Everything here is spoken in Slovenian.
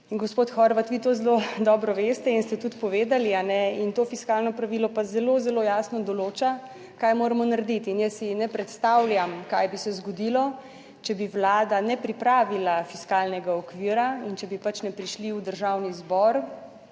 gospod Horvat vi to zelo dobro veste in ste tudi povedali in to fiskalno pravilo pa zelo zelo jasno določa kaj moramo narediti. In jaz si ne predstavljam kaj bi se zgodilo, če bi Vlada ne pripravila fiskalnega okvira in če bi pač ne prišli v Državni zbor